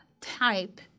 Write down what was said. type